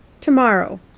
Tomorrow